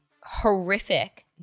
horrific